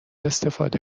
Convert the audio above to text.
استفاده